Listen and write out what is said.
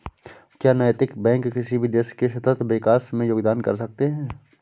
क्या नैतिक बैंक किसी भी देश के सतत विकास में योगदान कर सकते हैं?